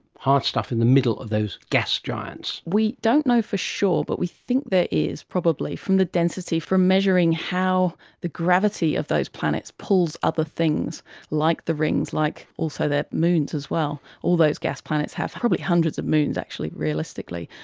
hard stuff, in the middle of those gas giants? we don't know for sure but we think there is probably from the density, from measuring how the gravity of those planets pulls other things like the rings like also their moons as well, all those gas planets have probably hundreds of moons actually, realistically,